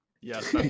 Yes